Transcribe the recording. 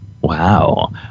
wow